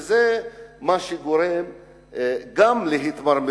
וזה מה שגורם להתמרמרות,